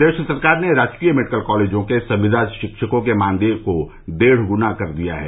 प्रदेश सरकार ने राजकीय मेडिकल कॉलेजों के संविदा शिक्षकों के मानदेय को डेढ गुना कर दिया है